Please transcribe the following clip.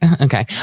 okay